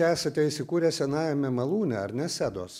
esate įsikūrę senajame malūne ar ne sedos